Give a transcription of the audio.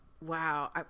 wow